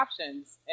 options